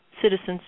Citizen's